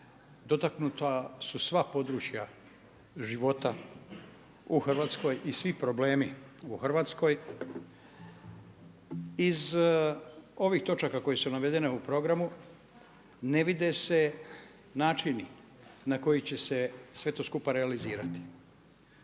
dotaknuta su sva područja života u Hrvatskoj i svi problemi u Hrvatskoj. Iz ovih točaka koje su navedene u programu ne vide se načini na koji će se sve to skupa realizirati.